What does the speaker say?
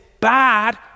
bad